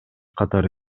катары